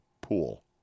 pool